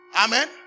Amen